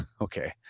Okay